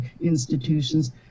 institutions